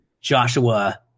Joshua